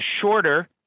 shorter